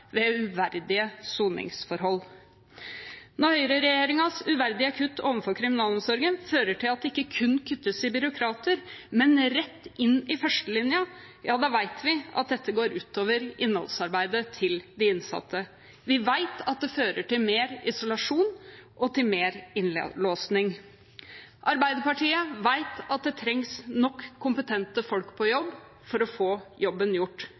ved uverdige soningsforhold. Når høyregjeringens uverdige kutt overfor kriminalomsorgen fører til at det ikke kun kuttes i byråkrater, men også i førstelinjen, vet vi at dette går ut over innholdsarbeidet til de innsatte. Vi vet at det fører til mer isolasjon og til mer innelåsing. Arbeiderpartiet vet at det trengs nok kompetente folk på jobb for å få jobben gjort.